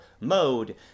mode